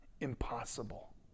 Impossible